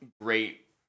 great